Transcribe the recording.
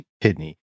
Kidney